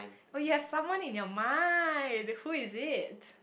oh you have someone in your mind who is it